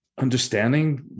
understanding